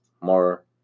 more